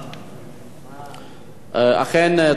בבקשה.